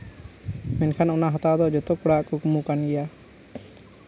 ᱢᱮᱱᱠᱷᱟᱱ ᱚᱱᱟ ᱦᱟᱛᱟᱣ ᱫᱚ ᱡᱚᱛᱚ ᱠᱚᱲᱟᱣᱟᱜ ᱠᱩᱠᱢᱩ ᱠᱟᱱ ᱜᱮᱭᱟ